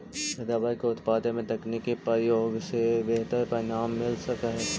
rubber के उत्पादन में तकनीकी प्रयोग से बेहतर परिणाम मिल सकऽ हई